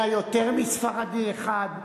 היה יותר מספרדי אחד.